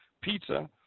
pizza